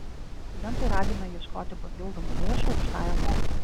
studentai ragina ieškoti papildomų lėšų aukštajam mokslui